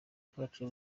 kacu